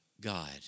God